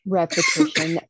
repetition